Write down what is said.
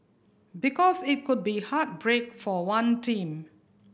because it could be heartbreak for one team